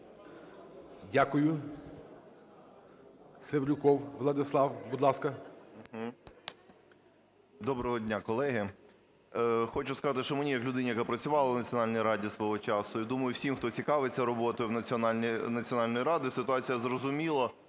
Дякую. Севрюков Владислав, будь ласка. 17:21:49 СЕВРЮКОВ В.В. Доброго дня, колеги. Хочу сказати, що мені як людині, яка працювала в Національній раді свого часу, я думаю, всім, хто цікавиться роботою Національної ради, ситуація зрозуміла